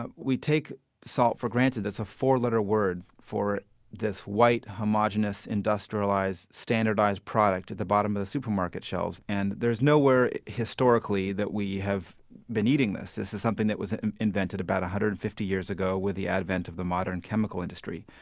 but we take salt for granted. it's a four-letter word for this white, homogenous, industrialized, standardized product at the bottom of the supermarket shelves. and there is nowhere historically that we have been eating this. this is something that was invented about one hundred and fifty years ago with the advent of the modern chemical industry.